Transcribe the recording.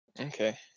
Okay